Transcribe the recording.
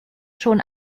schon